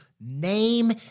name